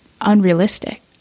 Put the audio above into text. unrealistic